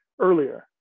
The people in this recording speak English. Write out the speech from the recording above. earlier